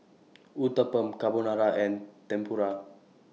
Uthapam Carbonara and Tempura